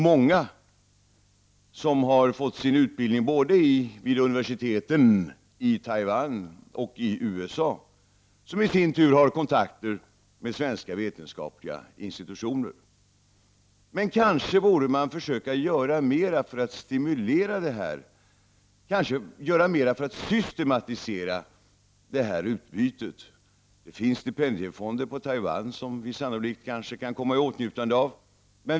Många har fått sin utbildning både vid universiteten i Taiwan och i USA, som i sin tur har kontakter med svenska vetenskapliga institutioner. Men kanske borde man försöka göra mera för att stimulera och systematisera detta utbyte. Det finns stipendiefonder på Taiwan som vi sannolikt kan komma i åtnjutande av.